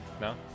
No